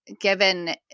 given